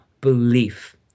belief